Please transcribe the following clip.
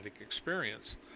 experience